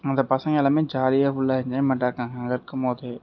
அந்த பசங்க எல்லாமே ஜாலியாக ஃபுல்லா என்ஜாய்மெண்ட் இருக்காங்க அங்கே இருக்கும்போதே